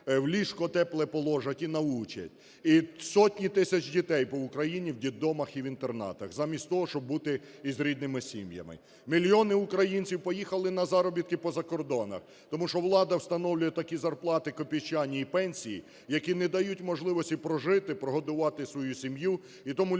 в ліжко тепле положать і научать. І сотні тисяч дітей по Україні в дєтдомах і в інтернатах, замість того, щоб бути із рідними сім'ями. Мільйони українців поїхали на заробітки по закордонах, тому що влада встановлює такі зарплати копійчані і пенсії, які не дають можливості прожити, прогодувати свою сім'ю і тому люди